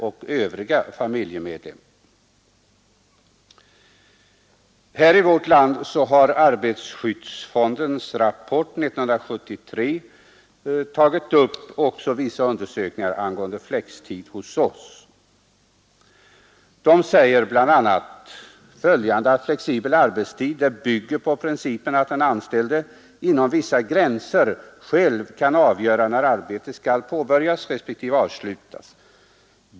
I arbetarskyddsfondens rapport nr 1 för 1973 anförs en del om flexibel arbetstid. Där sägs bl.a. att flextid bygger på principen att den anställde inom vissa gränser själv kan avgöra när arbetet skall påbörjas respektive avslutas.